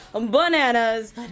bananas